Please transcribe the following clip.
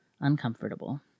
uncomfortable